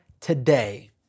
today